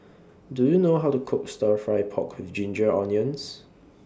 Do YOU know How to Cook Stir Fry Pork with Ginger Onions